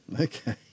Okay